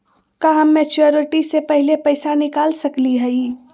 का हम मैच्योरिटी से पहले पैसा निकाल सकली हई?